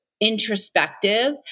introspective